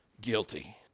Guilty